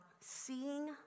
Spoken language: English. seeing